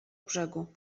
brzegu